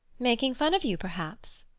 making fun of you, perhaps?